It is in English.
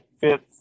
fits